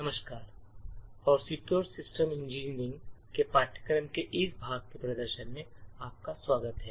नमस्कार और secure system engineering के पाठ्यक्रम के इस भाग के प्रदर्शन में आपका स्वागत है